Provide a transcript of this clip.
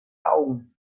augen